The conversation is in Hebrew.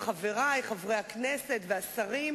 חבר הכנסת שנלר,